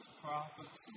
prophets